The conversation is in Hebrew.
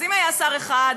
אז אם היה שר אחד,